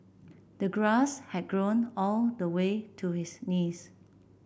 the grass had grown all the way to his knees